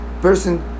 person